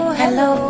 hello